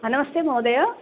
नमस्ते महोदय